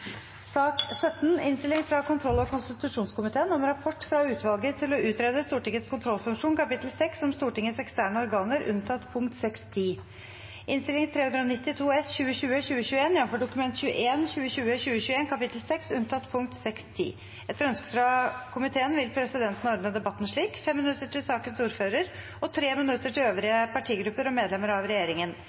sak nr. 17. Etter ønske fra kontroll- og konstitusjonskomiteen vil presidenten ordne debatten slik: 5 minutter til sakens ordfører og 3 minutter til øvrige partigrupper og medlemmer av regjeringen.